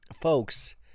folks